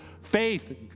Faith